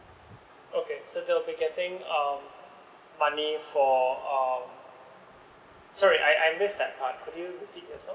oh okay so they will be getting um money for sorry I miss that part could you repeat yourself